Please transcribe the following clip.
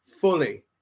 fully